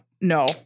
no